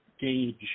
gauge